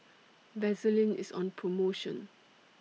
Vaselin IS on promotion